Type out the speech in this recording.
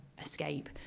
escape